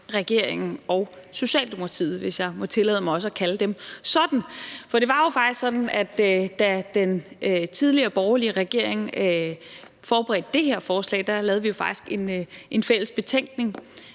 regeringen – og Socialdemokratiet, hvis jeg må tillade mig også at sige det sådan, for det var jo faktisk sådan, at da den tidligere, borgerlige regering forberedte det her forslag, lavede vi jo faktisk en fælles betænkning,